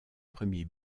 premiers